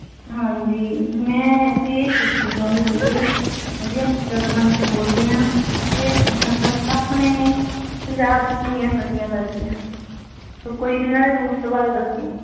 ਹਾਂਜੀ ਮੈਂ ਅਸੀਂ ਇਹ ਪੁੱਛਣਾ ਚਾਹੁੰਦੇ ਸੀਗੇ ਵਧੀਆ ਜਗਬਾਣੀ ਤੋਂ ਬੋਲਦੇ ਹਾਂ ਇਹ ਪੁੱਛਣਾ ਚਾਹੁੰਦੇ ਆਪਣੇ ਪੰਜਾਬ 'ਚ ਕਿੰਨੀਆਂ ਨਦੀਆਂ ਲੱਗਦੀਆਂ ਕੋਈ ਇਹਨਾਂ ਦੇ ਰੂਟਸ ਬਾਰੇ ਦੱਸੋ